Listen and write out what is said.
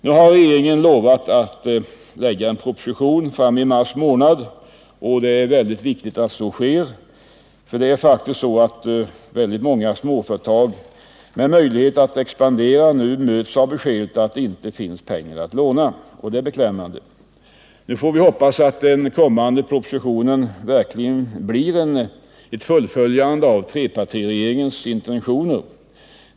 Nu har regeringen lovat att lägga fram en proposition i mars månad. Det är mycket viktigt att så sker. Väldigt många småföretag med möjlighet att expandera möts nu av beskedet att det inte finns pengar att låna. Det är beklämmande. Nu får vi hoppas att den kommande propositionen verkligen blir ett fullföljande av trepartiregeringens intentioner.